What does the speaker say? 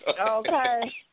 Okay